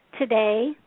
today